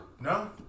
No